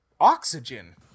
oxygen